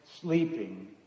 sleeping